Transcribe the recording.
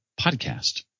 podcast